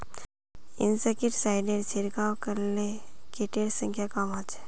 इंसेक्टिसाइडेर छिड़काव करले किटेर संख्या कम ह छ